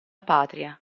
patria